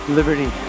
liberty